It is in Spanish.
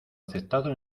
aceptado